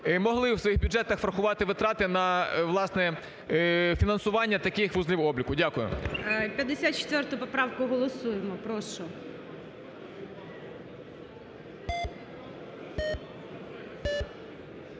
могли в своїх бюджетах врахувати витрати на власне фінансування таких вузлів обліку. Дякую. ГОЛОВУЮЧИЙ. 54 поправку голосуємо. Прошу.